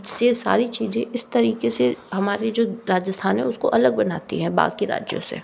ये सारी चीज़ें इस तरीके से हमारे जो राजस्थान है उसको अलग बनाती हैं बाकी राज्यों से